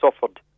suffered